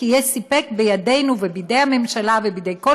יהיה סיפק בידינו ובידי הממשלה ובידי כל